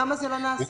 למה זה לא נעשה?